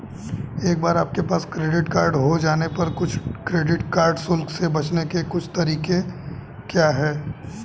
एक बार आपके पास क्रेडिट कार्ड हो जाने पर कुछ क्रेडिट कार्ड शुल्क से बचने के कुछ तरीके क्या हैं?